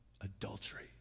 adultery